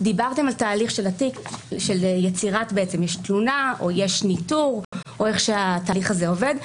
דברת על יצירת תלונה ואיך התהליך עובד,